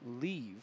leave